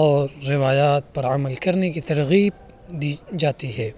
اور روایات پر عمل کرنے کی ترغیب دی جاتی ہے